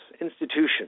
institutions